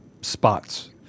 spots